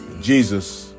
Jesus